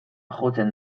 jotzen